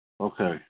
Okay